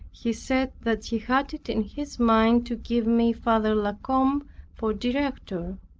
he said that he had it in his mind to give me father la combe for director